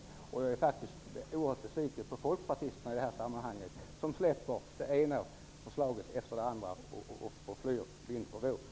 I det här sammanhanget är jag faktiskt oerhört besviken på folkpartisterna, som släpper det ena förslaget efter det andra och flyr vind för våg.